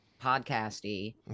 podcasty